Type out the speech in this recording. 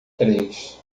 três